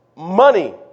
Money